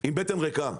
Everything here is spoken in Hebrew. עם בטן ריקה,